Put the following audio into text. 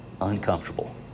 uncomfortable